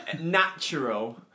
natural